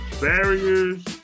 barriers